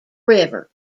river